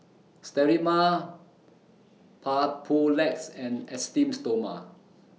Sterimar Papulex and Esteem Stoma